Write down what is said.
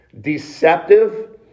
deceptive